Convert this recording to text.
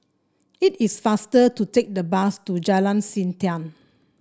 it is faster to take the bus to Jalan Siantan